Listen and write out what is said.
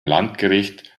landgericht